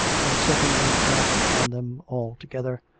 and sentence was passed upon them all together,